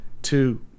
two